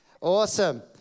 Awesome